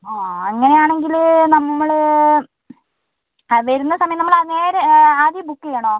ആ അങ്ങനെ ആണെങ്കിൽ നമ്മൾ വരുന്ന സമയം നമ്മൾ നേരെ ആദ്യമേ ബുക്ക് ചെയ്യണോ